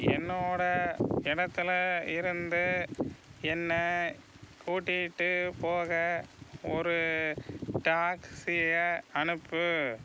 என்னோட இடத்துல இருந்து என்னை கூட்டிகிட்டு போக ஒரு டாக்ஸியை அனுப்பு